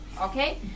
okay